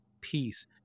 peace